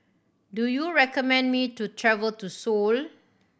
do you recommend me to travel to Seoul